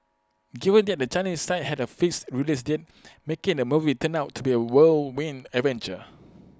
given that the Chinese side had A fixed release date making the movie turned out to be A whirlwind adventure